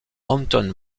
anton